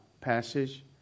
passage